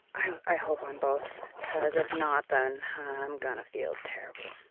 i hope on both, cause if not then i'm gonna feel terrible.